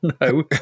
no